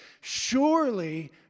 Surely